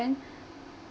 then